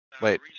Wait